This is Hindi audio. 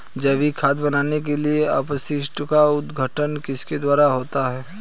जैविक खाद बनाने के लिए अपशिष्टों का अपघटन किसके द्वारा होता है?